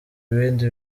ibindi